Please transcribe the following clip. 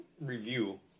review